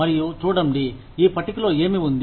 మరియు చూడండి ఈ పట్టికలో ఏమి ఉంది